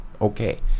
okay